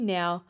now